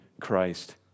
Christ